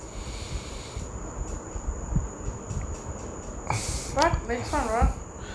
what next month what